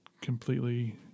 completely